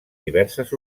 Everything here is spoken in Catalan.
diverses